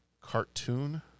cartoon